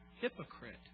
hypocrite